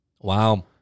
Wow